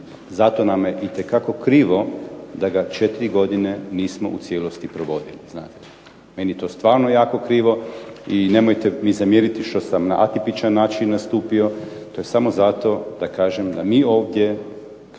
Zato nam je itekako krivo da ga četiri godine nismo u cijelosti provodili, znate. Meni je to stvarno jako krivo i nemojte mi zamjeriti što sam na atipičan način nastupio. To je samo zato da kažem da mi ovdje